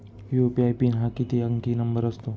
UPI PIN हा किती अंकी नंबर असतो?